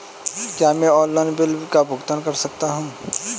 क्या मैं online bill का भुगतान कर सकता हूँ?